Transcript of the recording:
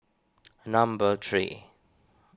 number three